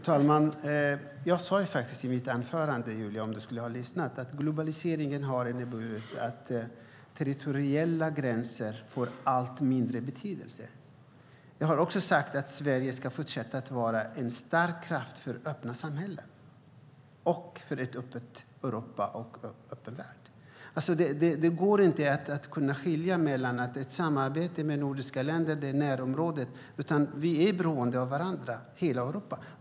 Fru talman! Om Julia hade lyssnat hade hon hört att jag i mitt anförande sade att globaliseringen har inneburit att territoriella gränser får allt mindre betydelse. Jag har också sagt att Sverige ska fortsätta att vara en stark kraft för öppna samhällen, för ett öppet Europa och en öppen värld. Det går inte att skilja ut ett nordiskt samarbete genom att det är samarbete med närområdet. Vi är beroende av varandra i hela Europa.